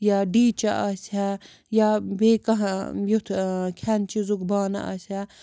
یا ڈیٖچہٕ آسہِ ہا یا بیٚیہِ کانٛہہ یُتھ کھٮ۪ن چیٖزُک بانہٕ آسہِ ہا